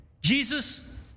Jesus